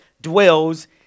dwells